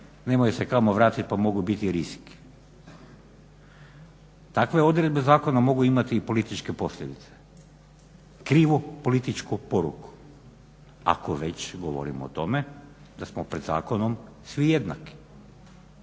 nemaju se kamo vratiti pa mogu biti rizik. Takve odredbe zakona mogu imati i političke posljedice, krivu političku poruku ako već govorimo o tome da smo pred zakonom svi jednaki.